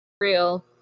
Real